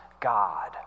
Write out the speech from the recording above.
God